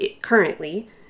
currently